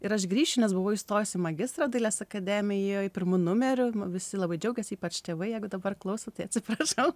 ir aš grįšiu nes buvau įstojus į magistrą dailės akademijoj pirmu numeriu visi labai džiaugėsi ypač tėvai jeigu dabar klauso tai atsiprašau